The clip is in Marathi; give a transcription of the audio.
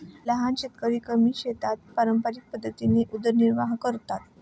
लहान शेतकरी कमी शेतात पारंपरिक पद्धतीने उदरनिर्वाह करतात